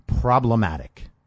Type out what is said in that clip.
problematic